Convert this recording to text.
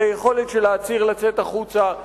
ליכולת של העציר לצאת החוצה,